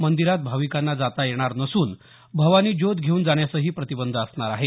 मंदिरात भाविकांना जाता येणार नसून भवानी ज्योत घेऊन जाण्यासही प्रतिंबंध असणार आहे